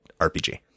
RPG